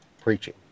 Preaching